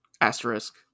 asterisk